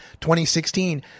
2016